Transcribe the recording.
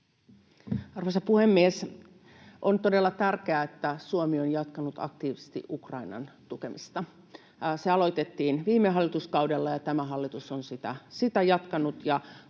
Arvoisa puhemies! On todella tärkeää, että Suomi on jatkanut aktiivisesti Ukrainan tukemista. Se aloitettiin viime hallituskaudella, ja tämä hallitus on sitä jatkanut.